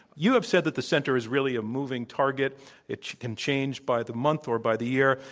you have said that the center is really a moving target it can change by the month or by the year.